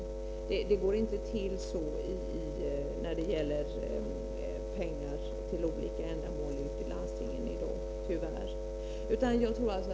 Det går tyvärr inte till så när det gäller pengar till olika ändamål ute i landstingen i dag.